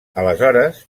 aleshores